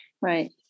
Right